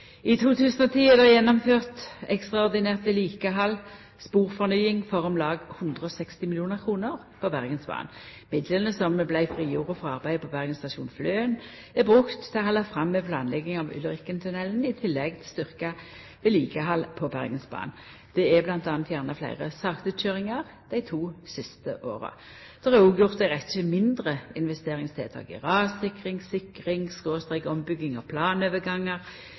I 2010 er det gjennomført ekstraordinært vedlikehald, sporfornying, for om lag 160 mill. kr på Bergensbanen. Midlane som vart frigjorde frå arbeidet på Bergen stasjon–Fløen, er vorte brukte til å halda fram med planlegginga av Ulriken tunnel, i tillegg til å styrkja vedlikehaldet på Bergensbanen. Det er m.a. fjerna fleire saktekøyringar dei to siste åra. Det er òg gjort ei rekkje mindre investeringstiltak for rassikring, sikring/ombygging av